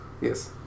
Yes